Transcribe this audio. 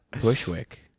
Bushwick